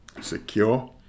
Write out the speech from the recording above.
secure